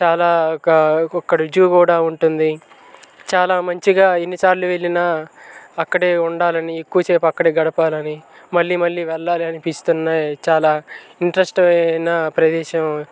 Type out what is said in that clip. చాలా ఒక ఒకొక్క రుజువు కూడా ఉంటుంది చాలా మంచిగా ఎన్నిసార్లు వెళ్ళినా అక్కడే ఉండాలని ఎక్కువసేపు అక్కడే గడపాలని మళ్ళీ మళ్ళీ వెళ్ళాలి అనిపిస్తున్నాయి చాలా ఇంటరెస్ట్ అయిన ప్రదేశం